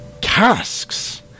casks